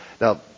now